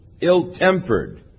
ill-tempered